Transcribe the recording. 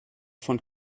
von